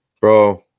Bro